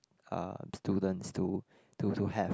um students to to to have